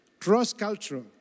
Cross-cultural